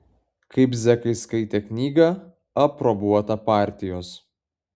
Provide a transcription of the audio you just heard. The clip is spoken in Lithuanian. kaip zekai skaitė knygą aprobuotą partijos